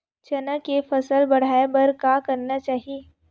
चना के फसल बढ़ाय बर का करना चाही?